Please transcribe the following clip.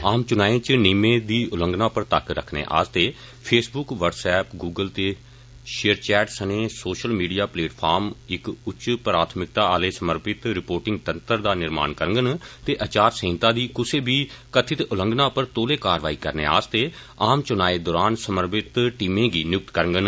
आम च्रनाएं इच नियमें दी उल्लंघना पर तक्क रक्खने आस्तै फेसब्क ब्हाटसएप गूगल ते षेयरचैट सने सोषल मीडिया प्लेटफार्म इक उच्च प्राथमिकता आलै समिर्पित रिपोर्टिंग तंत्र दा निर्माण करंगन ते आचार संहिता दी कुसै बी कथित उल्लंघना पर तौले कारवाई करने आस्तै आम चुनाए दौरान समर्पित टीमें गी नियुक्त करगन